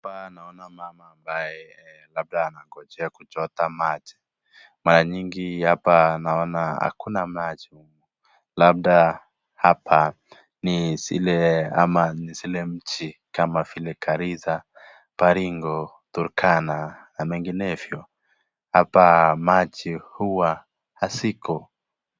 Hapa naona mama ambaye labda anangojea kuchota maji. Mara mingi hapa naona hakuna maji humu labda hapa ni zile ama ni zile mji kama vile Garrisa, Baringo, Turkana na menginevyo. Hapa maji huwa haziko.